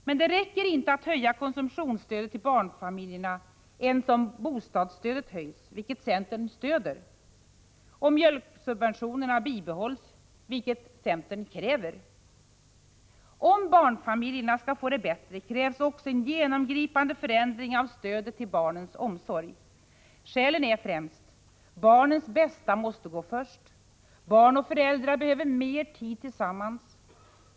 Men det räcker inte att höja konsumtionsstödet till barnfamiljerna ens om bostadsstödet höjs, vilket centern stöder, och mjölksubventionerna bibehålls, vilket centern kräver. Om barnfamiljerna skall få det bättre krävs också en genomgripande Prot. 1985/86:70 förändring av stödet till barnens omsorg. Skälen är främst: 5 februari 1986 1. Barnens bästa måste gå först. Allmänpolitisk debatt 2. Barn och föräldrar behöver mer tid tillsammans. 3.